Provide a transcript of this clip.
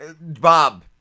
Bob